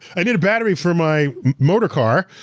i need a battery for my motor car.